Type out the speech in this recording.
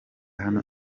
hano